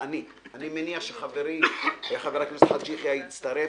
שחברי חבר הכנסת חאג' יחיא יצטרף.